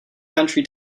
country